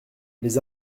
les